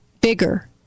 Bigger